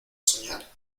soñar